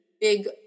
big